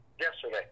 yesterday